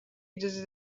اجازه